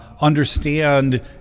understand